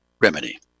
remedy